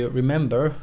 remember